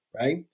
right